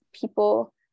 people